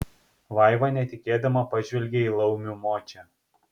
vaiva netikėdama pažvelgė į laumių močią